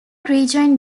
rejoined